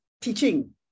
teaching